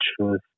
truth